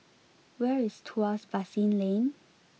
where is Tuas Basin Lane